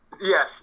Yes